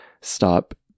stop